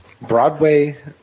Broadway